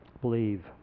believe